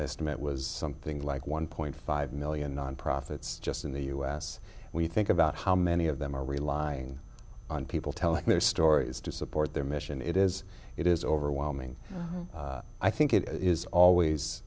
at was something like one point five million nonprofits just in the u s we think about how many of them are relying on people telling their stories to support their mission it is it is overwhelming i think it is always